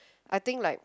I think like